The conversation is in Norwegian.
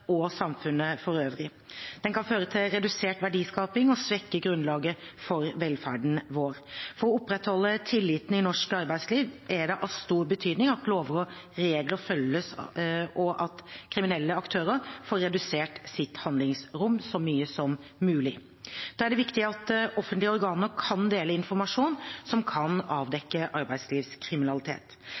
og samfunnet for øvrig. Den kan føre til redusert verdiskaping og svekke grunnlaget for velferden vår. For å opprettholde tilliten i norsk arbeidsliv er det av stor betydning at lover og regler følges, og at kriminelle aktører får redusert sitt handlingsrom så mye som mulig. Da er det viktig at offentlige organer kan dele informasjon som kan avdekke arbeidslivskriminalitet.